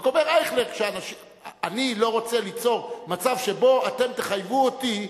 רק אומר אייכלר: אני לא רוצה ליצור מצב שבו אתם תחייבו אותי